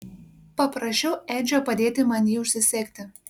paprašiau edžio padėti man jį užsisegti